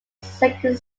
second